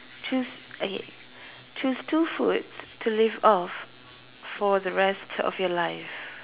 choose okay choose two foods to live off for the rest of your life